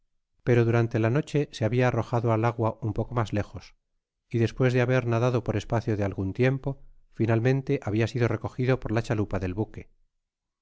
pero durante la noche se habia arrojado al agua un poco mas lejos y despues de haber nadado por espacio de algun tiempo finalmente habla sido recogido por la chalupa del buque